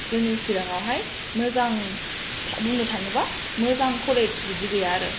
जोंनि चिराङावहाय मोजां बुंनो थाङोब्ला मोजां कलेज बिदि गैया आरो